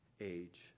age